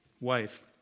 wife